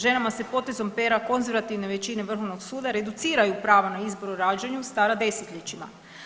Ženama se potezom pera konzervativne većine Vrhovnog suda reduciraju prava na izbor o rađanju stara desetljećima.